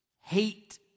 hate